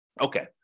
Okay